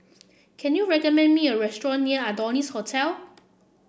can you recommend me a restaurant near Adonis Hotel